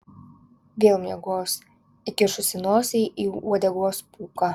vėl miegos įkišusi nosį į uodegos pūką